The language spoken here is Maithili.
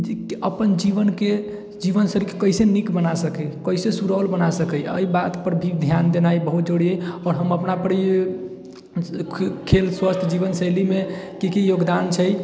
अपन जीवनके जीवनशैलीके कैसे नीक बना सकी कैसे सुडौल बना सकए एहि बात पर भी ध्यान देनाइ बहुत जरुरी अहि आ अपना पर हम ई खेल स्वस्थ्य जीवनशैलीमे की की योगदान छै